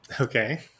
Okay